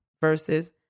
versus